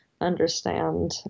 understand